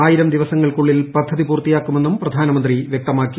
ആയിരം ദിവസങ്ങൾക്കുള്ളിൽ പദ്ധതി പൂർത്തിയാക്കുമെന്നും പ്രധാനമന്ത്രി വ്യക്തമാക്കി